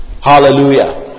Hallelujah